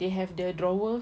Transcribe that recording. they have the drawer